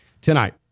tonight